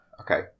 Okay